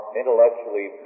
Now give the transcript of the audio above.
intellectually